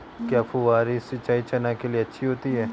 क्या फुहारी सिंचाई चना के लिए अच्छी होती है?